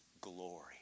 glory